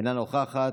אינה נוכחת,